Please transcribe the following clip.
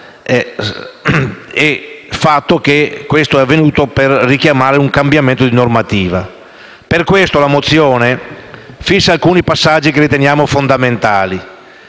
il fatto che questo sia avvenuto richiama un cambiamento di normativa. Per questo la mozione fissa alcuni passaggi che riteniamo fondamentali: